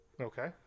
Okay